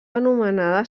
anomenada